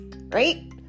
right